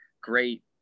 great